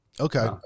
okay